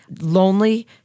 lonely